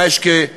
מה יש נגדי,